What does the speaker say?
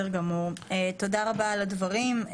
רבה על הדברים.